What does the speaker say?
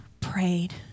prayed